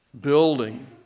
building